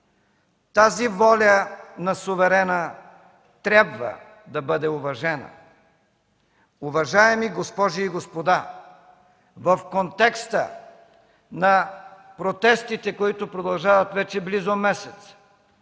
тази воля на суверена трябва да бъде уважена. Уважаеми госпожи и господа! В контекста на протестите, които продължават вече близо месец,